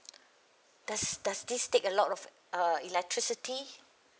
does does this takes a lot of uh electricity